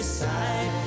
side